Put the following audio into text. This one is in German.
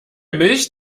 milch